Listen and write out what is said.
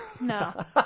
No